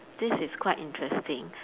this is quite interesting